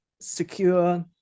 secure